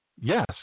Yes